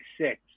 six